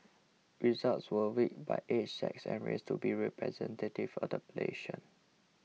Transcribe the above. results were weighted by age sex and race to be representative of the plation